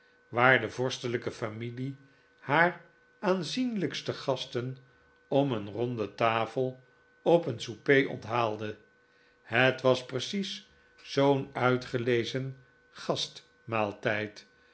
waar de vorstelijke familie haar aanzienlijkste gasten om een ronde tafel op een souper onthaalde het was precies zoo'n uitgelezen